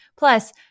Plus